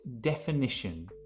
definition